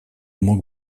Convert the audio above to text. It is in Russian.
мог